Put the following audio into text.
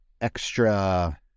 extra